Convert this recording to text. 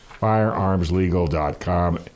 firearmslegal.com